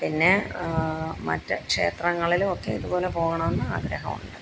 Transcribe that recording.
പിന്നെ മറ്റ് ക്ഷേത്രങ്ങളിലുവൊക്കെ ഇതുപോലെ പോകണമെന്ന് ആഗ്രഹമുണ്ട്